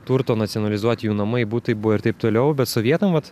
turto nacionalizuoti jų namai butai buvę ir taip toliau bet sovietam vat